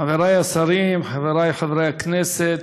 חברי השרים, חברי חברי הכנסת,